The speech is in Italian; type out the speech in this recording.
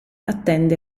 attende